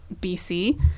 BC